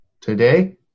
Today